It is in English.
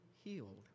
healed